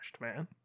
man